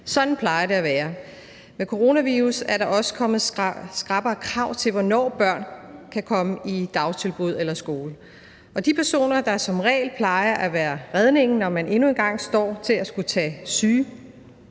Sådan plejer det at være. Med coronavirus er der også kommet skrappere krav til, hvornår børn kan komme i dagtilbud eller i skole. De personer, der som regel plejer at være redningen, når man endnu en gang står og skal tage sygedage